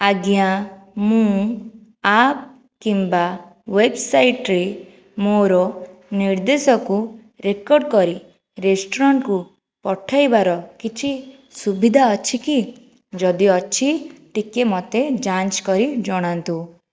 ଆଜ୍ଞା ମୁଁ ଆପ୍ କିମ୍ବା ୱେବ୍ସାଇଟ୍ରେ ମୋର ନିର୍ଦ୍ଦେଶକୁ ରେକର୍ଡ଼ କରି ରେଷ୍ଟୁରାଣ୍ଟକୁ ପଠାଇବାର କିଛି ସୁବିଧା ଅଛି କି ଯଦି ଅଛି ଟିକିଏ ମୋତେ ଯାଞ୍ଚ କରି ଜଣାନ୍ତୁ